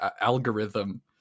Algorithm